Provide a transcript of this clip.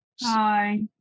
Hi